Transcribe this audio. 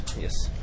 yes